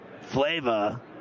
Flava